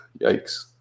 yikes